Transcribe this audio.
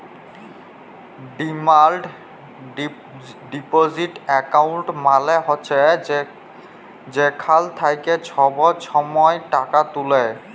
demand deposit account মালে হছে যেখাল থ্যাইকে ছব ছময় টাকা তুলে